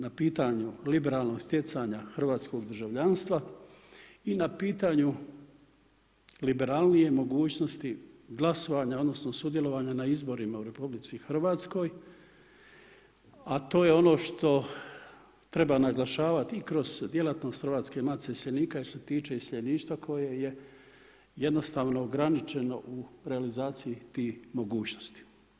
Na pitanju liberalnog stjecanja hrvatskog državljanstva i na pitanju liberalnije mogućnosti glasovanja odnosno sudjelovanja na izborima u Republici Hrvatskoj, a to je ono što treba naglašavati i kroz djelatnost Hrvatske matice iseljenika jer se tiče iseljeništva koje je jednostavno ograničeno u realizaciji tih mogućnosti.